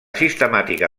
sistemàtica